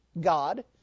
God